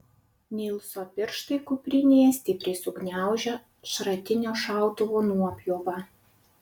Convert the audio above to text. nilso pirštai kuprinėje stipriai sugniaužia šratinio šautuvo nuopjovą